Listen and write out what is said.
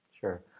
Sure